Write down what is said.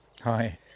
Hi